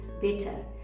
better